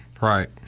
Right